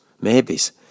maybes